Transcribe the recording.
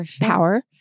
power